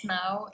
now